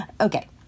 Okay